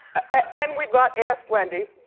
and we've got ask wendy,